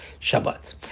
Shabbat